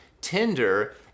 Tinder